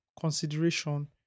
consideration